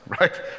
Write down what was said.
right